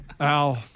Ow